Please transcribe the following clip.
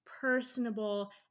personable